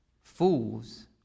Fools